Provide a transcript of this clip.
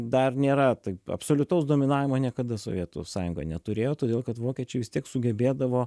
dar nėra tai absoliutaus dominavimo niekada sovietų sąjunga neturėjo todėl kad vokiečiai vis tiek sugebėdavo